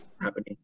happening